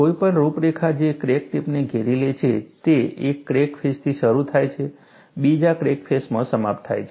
કોઈપણ રૂપરેખા જે ક્રેક ટિપને ઘેરી લે છે તે એક ક્રેક ફેસથી શરૂ થાય છે બીજા ક્રેક ફેસમાં સમાપ્ત થાય છે